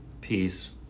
peace